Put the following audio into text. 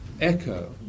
echo